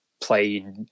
played